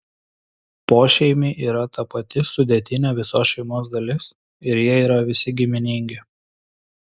pošeimiai yra ta pati sudėtinė visos šeimos dalis ir jie yra visi giminingi